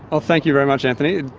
ah thank you very much antony,